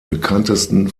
bekanntesten